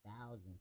thousands